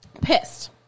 pissed